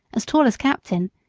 as tall as captain,